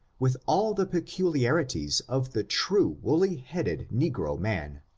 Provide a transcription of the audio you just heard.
with all the peculiarities of the true woolly headed negro man,